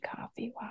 coffee